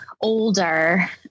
older